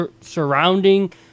surrounding